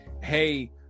hey